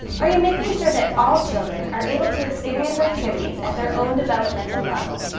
are you making sure that all children are able to experience activities at their own developmental level?